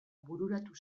bururatu